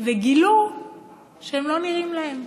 וגילו שהם לא נראים להם.